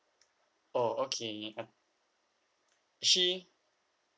oh okay ya actually